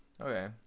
Okay